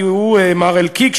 כי מר אלקיק,